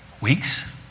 weeks